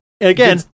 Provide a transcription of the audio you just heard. again